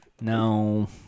No